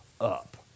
up